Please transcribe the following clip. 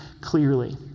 clearly